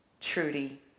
Trudy